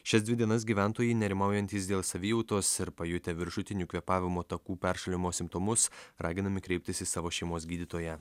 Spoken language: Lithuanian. šias dvi dienas gyventojai nerimaujantys dėl savijautos ir pajutę viršutinių kvėpavimo takų peršalimo simptomus raginami kreiptis į savo šeimos gydytoją